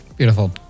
Beautiful